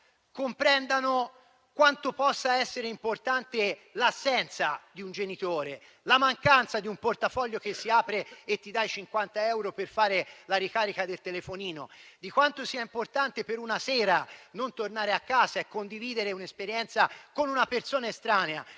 sbagliano quanto possa essere importante l'assenza di un genitore, la mancanza di un portafoglio che si apre e dà i 50 euro per fare la ricarica del telefonino, di quanto sia importante per una sera non tornare a casa e condividere un'esperienza con una persona estranea.